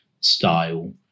style